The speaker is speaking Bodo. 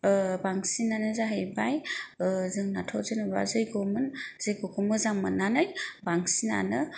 बांसिनानो जाहैबाय जोंनाथ' जेनेबा जय्गमोन जय्गखौ मोजां मोननानै बांसिनानो